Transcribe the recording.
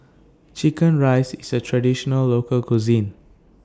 Chicken Rice IS A Traditional Local Cuisine